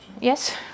Yes